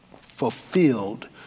fulfilled